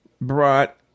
brought